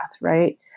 Right